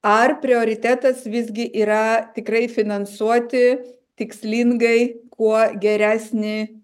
ar prioritetas visgi yra tikrai finansuoti tikslingai kuo geresnį